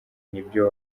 n’ibyo